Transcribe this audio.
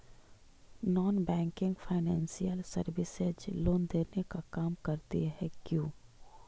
Non banking financial services loan देने का काम करती है क्यू?